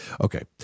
Okay